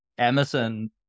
Amazon